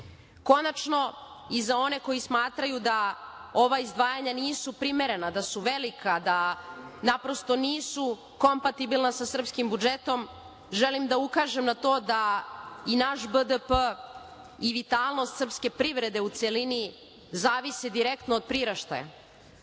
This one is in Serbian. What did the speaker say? i za one koji smatraju da ova izdvajanja nisu primerena, da su velika, da naprosto nisu kompatibilna sa srpskim budžetom, želim da ukažem na to da i naš BDP i vitalnost srpske privrede u celini zavisi direktno od priraštaja.